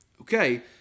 Okay